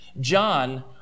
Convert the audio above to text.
John